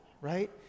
right